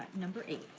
number eight.